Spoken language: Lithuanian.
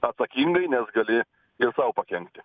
atsakingai nes gali sau pakenkti